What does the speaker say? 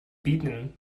bitten